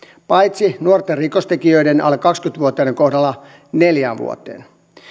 paitsi nuorten rikostekijöiden alle kaksikymmentä vuotiaiden kohdalla neljään vuoteen